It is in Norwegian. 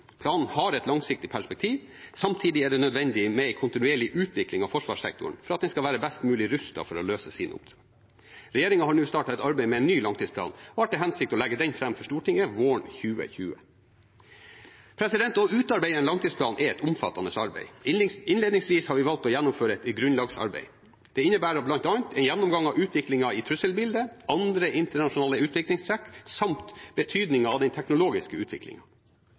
Planen har et langsiktig perspektiv, samtidig er det nødvendig med en kontinuerlig utvikling av forsvarssektoren for at den skal være best mulig rustet til å møte sine oppdrag. Regjeringen har nå startet et arbeid med en ny langtidsplan og har til hensikt å legge den fram for Stortinget våren 2020. Å utarbeide en langtidsplan er et omfattende arbeid. Innledningsvis har vi valgt å gjennomføre et grunnlagsarbeid. Det innebærer bl.a. en gjennomgang av utviklingen i trusselbildet, av andre internasjonale utviklingstrekk samt av betydningen av den teknologiske